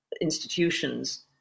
institutions